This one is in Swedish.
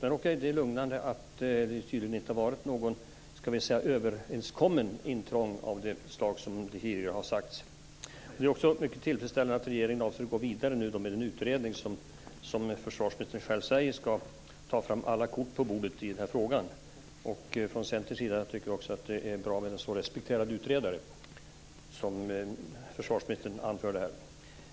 Men okej, det är lugnande att det tydligen inte har varit något - ska vi säga - överenskommet intrång av det slag som det tidigare har sagts. Det är också mycket tillfredsställande att regeringen nu avser att gå vidare med en utredning som, som försvarsministern själv säger, ska ta fram alla kort på bordet i frågan. Från Centerns sida tycker vi också att det är bra med en så respekterad utredare som försvarsministern anförde här.